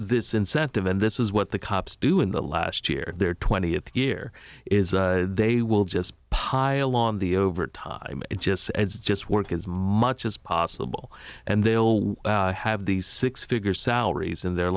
this incentive and this is what the cops do in the last year they're twentieth year is they will just pile on the overtime just as just work as much as possible and they'll have these six figure salaries in their